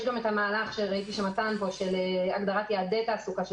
יש גם את המהלך של הגדרת יעדי תעסוקה,